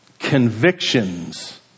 Convictions